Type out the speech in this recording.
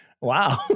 Wow